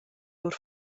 lur